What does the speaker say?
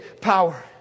power